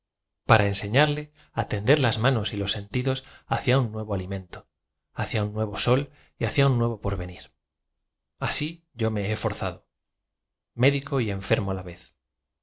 para enseñarle á tender las manca y los sentidos hacia un nuevo alimento hacia un nuevo sol y hacia un nuevo porvenir asi yo me he forzado médico y enfermo á la vez